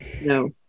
No